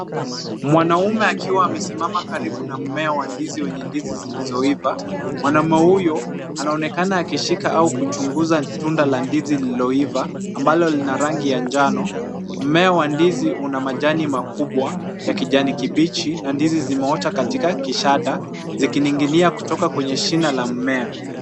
Mwanaume akiwa amesimama karibu na mmea wa ndizi wenye ndizi zilizoiva. Mwanaume huyu anaonekana akishika au kuchuguza tunda la ndizi lililoiva, ambalo lina rangi ya njano. Mmea wa ndizi una majani makubwa ya kijani kibichi na ndizi zimeota katika kishada, zikining'inia kutoka kwenye shina la mmea.